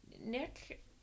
Nick